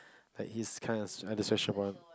like he's kinda like the special one